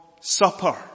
supper